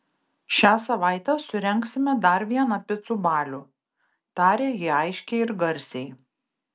šią savaitę surengsime dar vieną picų balių tarė ji aiškiai ir garsiai